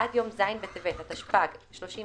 עד יום ז' בטבת התשפ"ג (31